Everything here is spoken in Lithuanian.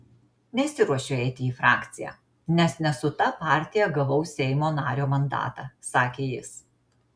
nesiruošiu eiti į frakciją nes ne su ta partija gavau seimo nario mandatą sakė jis